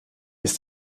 ist